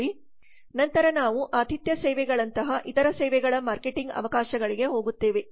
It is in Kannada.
ನಂತರ ನಾವು ಆತಿಥ್ಯ ಸೇವೆಗಳಂತಹ ಇತರ ಸೇವೆಗಳ ಮಾರ್ಕೆಟಿಂಗ್ ಅವಕಾಶಗಳಿಗೆ ಹೋಗುತ್ತೇವೆ